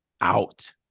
out